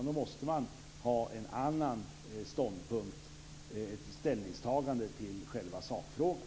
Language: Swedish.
Då måste man ha en annan ståndpunkt, ett ställningstagande till själva sakfrågan.